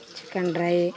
chicken dry